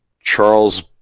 Charles